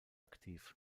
aktiv